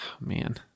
man